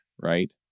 right